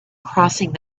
crossing